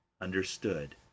understood